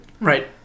Right